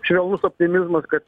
švelnus optimizmas kad